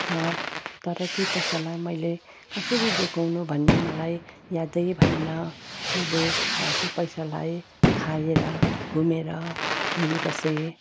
र तर त्यो पैसालाई मैले कसरी जोगाउनु भन्ने मलाई यादै भएन मैले त्यो पैसालाई खाएर घुमेर हिँडिबसेँ